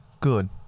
Good